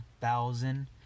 thousand